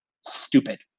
stupid